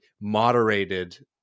moderated